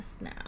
now